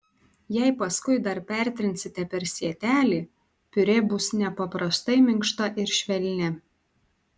jei paskui dar pertrinsite per sietelį piurė bus nepaprastai minkšta ir švelni